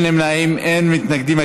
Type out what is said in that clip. אין נמנעים, אין מתנגדים.